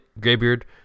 Graybeard